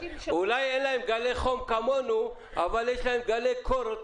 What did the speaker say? אולי אין להם גלי חום כמונו, אבל יש להם גלי קור.